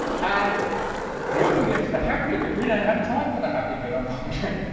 and when we get to the happy event we don't have time for the happy event unfortunately.